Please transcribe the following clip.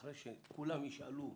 אחרי שכולם ישאלו,